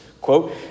quote